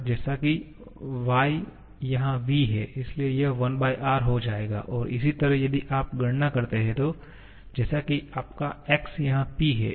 जैसा कि y यहाँ v है इसलिए यह 1R हो जाएगा और इसी तरह यदि आप गणना करते हैं तो जैसा कि आपका x यहाँ P है